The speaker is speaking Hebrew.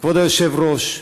כבוד היושב-ראש,